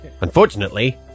Unfortunately